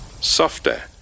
softer